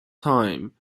time